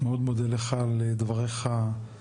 אני מאוד מודה על דבריך הנכונים,